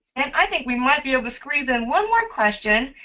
and i think we might be able to squeeze in one more question,